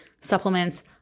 supplements